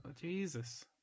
Jesus